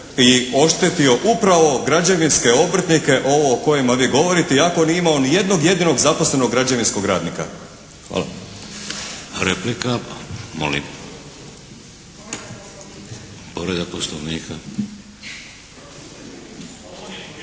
i oštetio upravo građevinske obrtnike ovo o kojima vi govorite, iako nije imao ni jednog jedinog zaposlenog građevinskog radnika. Hvala. **Šeks, Vladimir (HDZ)** Replika.